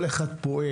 כל אחד פועל,